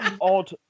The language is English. odd